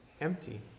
empty